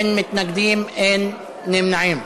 אין מתנגדים, אין נמנעים.